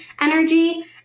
energy